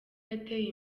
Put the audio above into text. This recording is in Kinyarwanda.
yateye